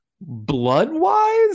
blood-wise